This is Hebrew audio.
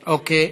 אוקיי.